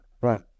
right